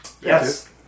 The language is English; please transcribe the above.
Yes